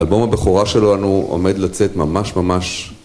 האלבום הבכורה שלנו עומד לצאת ממש ממש